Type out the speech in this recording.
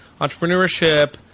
entrepreneurship